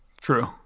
True